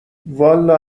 والا